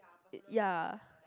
uh ya